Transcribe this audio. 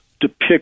depict